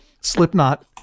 Slipknot